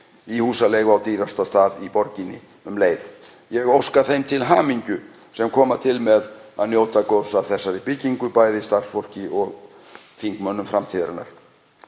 í húsaleigu á dýrasta stað í borginni. Ég óska þeim til hamingju sem koma til með að njóta góðs af þessari byggingu, bæði starfsfólki og þingmönnum framtíðarinnar.